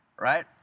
right